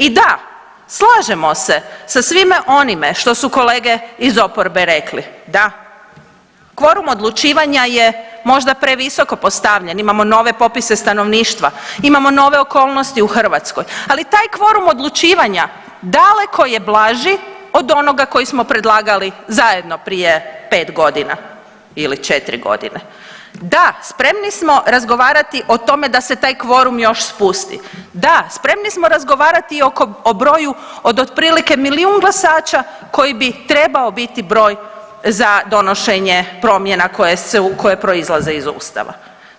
I da, slažemo se sa svime onime što su kolege iz oporbe rekli, da kvorum odlučivanja je možda previsoko postavljen, imamo nove popise stanovništva, imamo nove okolnosti u Hrvatskoj, ali taj kvorum odlučivanja daleko je blaži od onoga koji smo predlagali zajedno prije 5.g. ili 4.g., da spremni smo razgovarati o tome da se taj kvorum još spusti, da spremni smo razgovarati o broju od otprilike milijun glasača koji bi trebao biti broj za donošenje promjena koje proizlaze iz ustava,